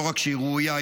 לא רק שהיא ראויה,